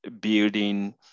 building